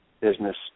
business